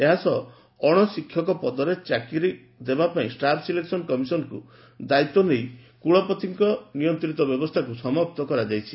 ଏହାସହ ଅଣ ଶିକ୍ଷକ ପଦରେ ଚାକିରି ନେବା ପାଇଁ ଷ୍ଟାଫ୍ ସିଲେକକ୍ନ କମିଶନକୁ ଦାୟିତ୍ ନେଇ କୁଳପତିଙ୍କ ନିୟନ୍ତିତ ବ୍ୟବସ୍ତାକୁ ସମାପ୍ତ କରାଯାଇଛି